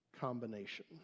combination